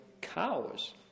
cows